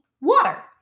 water